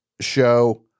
show